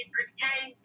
pretend